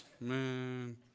man